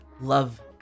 love